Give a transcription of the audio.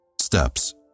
Steps